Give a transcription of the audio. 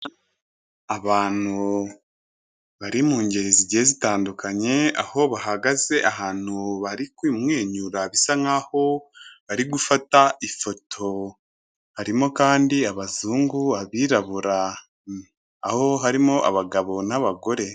Abantu bari mu ngeri zigiye zitandukanye aho bahagaze ahantu bari kumwenyura bisa nkaho bari gufata ifoto harimo kandi abazungu, abirabura aha harimo abagabo n'abagore.